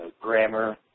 grammar